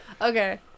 Okay